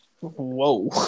whoa